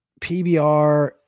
PBR